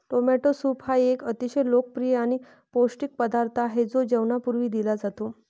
tomato soup हा एक अतिशय लोकप्रिय आणि पौष्टिक पदार्थ आहे जो जेवणापूर्वी दिला जातो